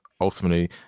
ultimately